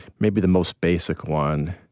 maybe the most basic one